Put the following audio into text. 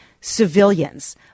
civilians